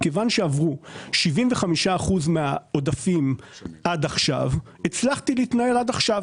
מכיוון שעברו 75% מן העודפים הצלחתי להתנהל עד עכשיו.